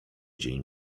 dzień